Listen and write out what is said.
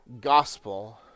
gospel